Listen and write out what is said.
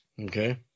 Okay